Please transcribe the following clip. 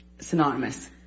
synonymous